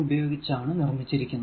ഉപയോഗിച്ചാണ് നിർമിച്ചിരിക്കുന്നത്